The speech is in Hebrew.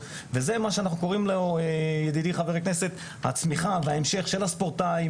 מה הקשר בין התאחדות בתי הספר למועדונים,